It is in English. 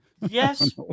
Yes